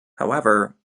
however